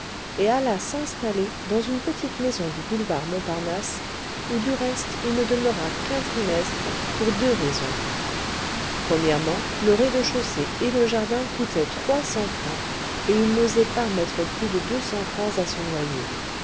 et s'alla installer dans une petite maison du boulevard montparnasse où du reste il ne demeura qu'un trimestre pour deux raisons premièrement le rez-de-chaussée et le jardin coûtaient trois cents francs et il n'osait pas mettre plus de deux cents francs à son loyer